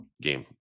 game